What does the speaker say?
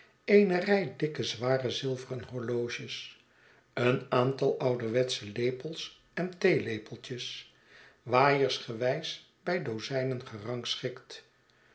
eene rij dikke zware zilveren horloges een aantal ouderwetsche lepels en theelepeltjes waaiersgewijze bij dozijnen